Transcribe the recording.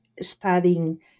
studying